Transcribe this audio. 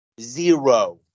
Zero